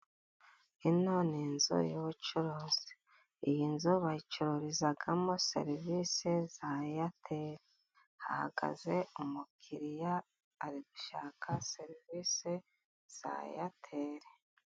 Ino ni inzu y'ubucuruzi, iyi nzu bayicururizamo serivisi za eyateri, hahagaze umukiriya ari gushaka serivisi za eyateri.